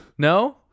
No